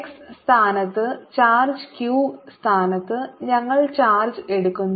X സ്ഥാനത്ത് charge q എന്ന സ്ഥാനത്ത് ഞങ്ങൾ ചാർജ്ജ് എടുക്കുന്നു